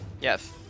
Yes